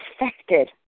affected